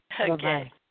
Okay